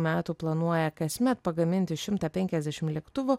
metų planuoja kasmet pagaminti šimtą penkiasdešim lėktuvų